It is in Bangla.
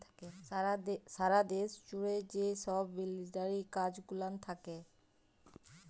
সারা দ্যাশ জ্যুড়ে যে ছব মিলিটারি কাজ গুলান থ্যাকে